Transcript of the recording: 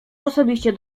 osobiście